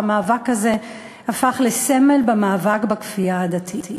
והמאבק הזה הפך לסמל במאבק בכפייה הדתית.